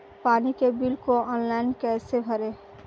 पानी के बिल को ऑनलाइन कैसे भरें?